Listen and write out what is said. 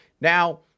Now